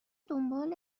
دنبال